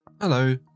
Hello